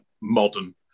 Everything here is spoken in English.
modern